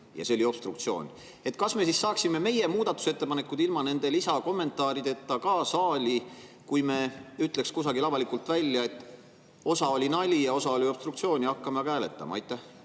see oli obstruktsioon. Kas me siis saaksime meie muudatusettepanekud ilma nende lisakommentaarideta ka saali, kui me ütleks kusagil avalikult välja, et osa [neist] oli nali ja osa oli obstruktsioon, hakkame aga hääletama? Aitäh